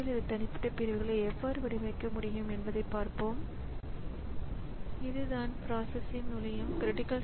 எனவே அங்கு நான் வேறு சில வகை டிஸ்க் வைத்திருக்க முடியும் அதனுடன் தொடர்புடைய டிஸ்க் கன்ட்ரோலர் இருக்க வேண்டும்